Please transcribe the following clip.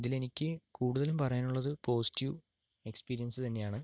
ഇതില് എനിക്ക് കൂടുതലും പറയാനുള്ളത് പോസിറ്റീവ് എക്സ്പീരിയൻസ് തന്നെയാണ്